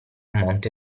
monte